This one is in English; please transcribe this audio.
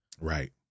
Right